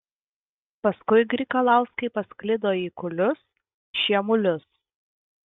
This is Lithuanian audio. paskui grigalauskai pasklido į kulius šiemulius